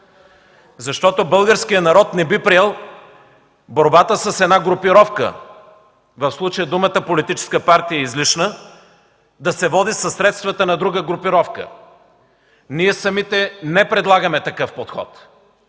Защото българският народ не би приел борбата с една групировка, в случая думата „политическа партия” е излишна, да се води със средствата на друга групировка. Ние самите не предлагаме такъв подход,